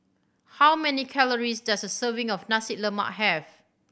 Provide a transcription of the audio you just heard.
how many calories does a serving of Nasi Lemak have